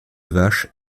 vache